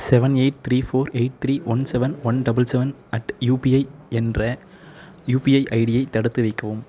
seven eight three four eight three one seven one double seven at UPI என்ற UPI ID ஐ தடுத்து வைக்கவும்